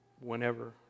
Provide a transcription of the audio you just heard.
whenever